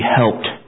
helped